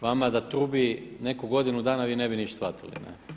Vama da trubi netko godinu dana vi ne bi ništa shvatili.